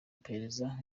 iperereza